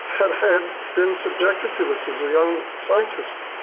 had had been subjected to this as a young scientist.